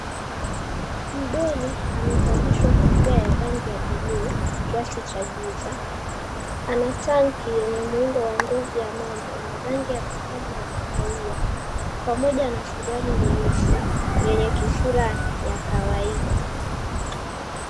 Mdoli amevalishwa kofia ya rangi ya bluu kiasi cha giza, ana tanki yenye muundo wa ngozi ya mamba yenye rangi ya dhahabu na kahawia, pamoja na suruali nyeusi yenye kisura ya kawaida.